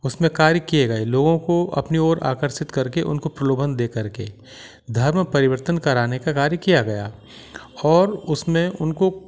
उसमें कार्य किए गए लोगों को अपनी ओर आकर्षित करके उनको प्रलोभन देकर के धर्म परिवर्तन कराने का कार्य किया गया और उसमें उनको